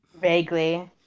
Vaguely